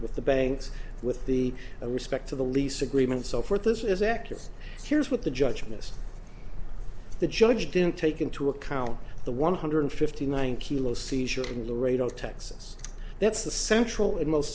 with the banks with the respect to the lease agreement so forth this is active here's what the judge missed the judge didn't take into account the one hundred and fifty nine kilos seizure in laredo texas that's the central and most